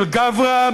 של גברא,